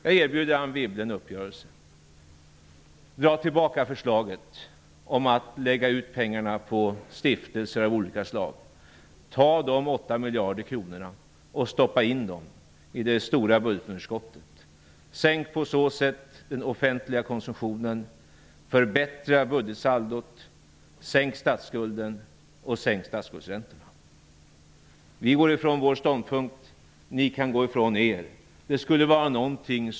Jag erbjuder Anne Wibble en uppgörelse. Dra tillbaka förslaget om att pengarna skall läggas ut på stiftelser av olika slag. Tag dessa 8 miljarder kronor och stoppa in dem i det stora budgetunderskottet. Minska på så sätt den offentliga konsumtionen, förbättra budgetsaldot, minska statsskulden och sänk statsskuldsräntorna. Vi går ifrån vår ståndpunkt. Ni kan gå ifrån er ståndpunkt.